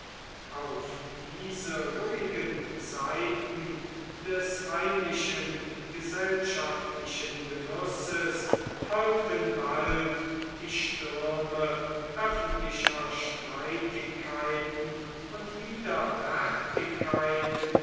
auf diese ruhigen zeiten des heimlichen gesellschaftlichen genusses folgten bald die stürme öffentlicher streitigkeiten und